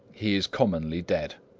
he is commonly dead.